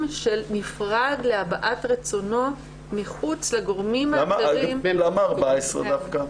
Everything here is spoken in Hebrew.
נפרד להבעת רצונו מחוץ לגורמים האחרים --- למה 14 דווקא?